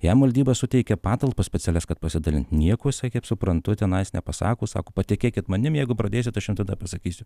jam valdyba suteikė patalpas specialias kad pasidalint nieko sakė kaip suprantu tenais nepasako sako patikėkit manim jeigu pradėsit aš jum tada pasakysiu